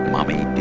Mommy